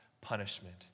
punishment